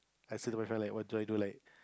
I see like what do I do like